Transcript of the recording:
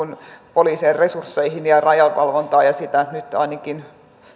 sien resursseihin ja rajavalvontaan ja sitä nyt nyt ainakin